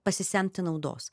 pasisemti naudos